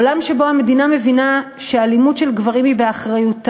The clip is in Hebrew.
עולם שבו המדינה מבינה שאלימות של גברים היא באחריותה,